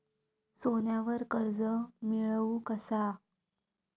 सोन्यावर कर्ज मिळवू कसा?